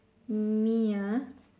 me ah